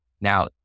Now